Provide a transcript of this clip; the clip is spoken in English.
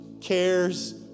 cares